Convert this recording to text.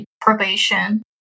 probation